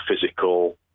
physical